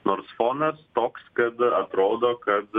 nors fonas toks kad atrodo kad